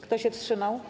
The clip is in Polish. Kto się wstrzymał?